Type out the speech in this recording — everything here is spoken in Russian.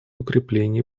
укреплении